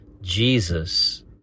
Jesus